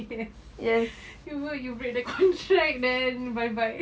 yes you break the contract then bye bye